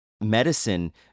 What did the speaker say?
medicine